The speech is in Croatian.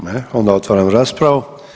Ne, onda otvaram raspravu.